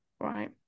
Right